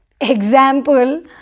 Example